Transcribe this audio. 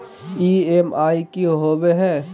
EMI की होवे है?